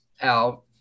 out